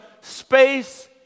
space